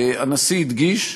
הנשיא הדגיש,